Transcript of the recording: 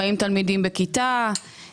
40 תלמידים בכיתה,